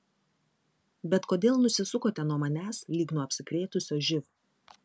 bet kodėl nusisukote nuo manęs lyg nuo apsikrėtusio živ